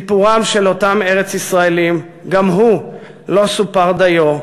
סיפורם של אותם ארץ-ישראלים גם הוא לא סופר דיו,